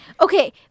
Okay